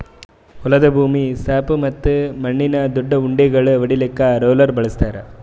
ಹೊಲದ ಭೂಮಿ ಸಾಪ್ ಮತ್ತ ಮಣ್ಣಿನ ದೊಡ್ಡು ಉಂಡಿಗೋಳು ಒಡಿಲಾಕ್ ರೋಲರ್ ಬಳಸ್ತಾರ್